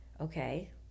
Okay